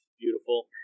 Beautiful